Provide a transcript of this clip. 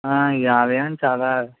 ఆ ఈ ఆలయం చాలా